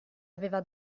aveva